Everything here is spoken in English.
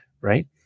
right